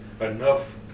Enough